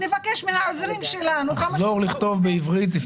בדוח אחרון שנעשה באוקטובר 2021 לא הוצג סיכום הניסוי.